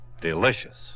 delicious